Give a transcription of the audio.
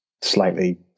slightly